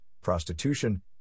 prostitution